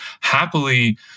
happily